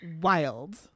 Wild